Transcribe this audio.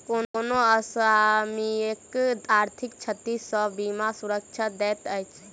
कोनो असामयिक आर्थिक क्षति सॅ बीमा सुरक्षा दैत अछि